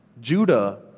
Judah